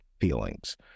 feelings